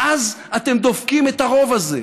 ואז אתם דופקים את הרוב הזה,